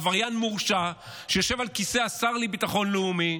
עבריין מורשע שיושב על כיסא השר לביטחון לאומי.